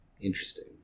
Interesting